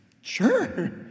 Sure